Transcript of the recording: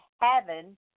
heaven